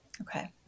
Okay